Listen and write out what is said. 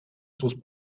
sus